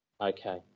Okay